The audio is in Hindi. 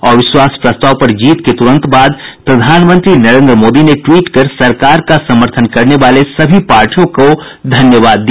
अविश्वास प्रस्ताव पर जीत के तुरंत बाद प्रधानमंत्री नरेंद्र मोदी ने ट्वीट कर सरकार का समर्थन करने वाली सभी पार्टियों को धन्यवाद दिया